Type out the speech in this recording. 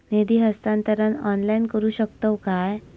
निधी हस्तांतरण ऑनलाइन करू शकतव काय?